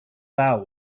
vow